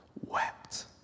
Wept